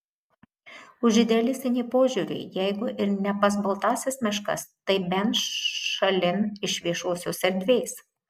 už idealistinį požiūrį jeigu ir ne pas baltąsias meškas tai bent šalin iš viešosios erdvės